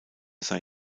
sei